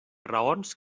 raons